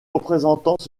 représentants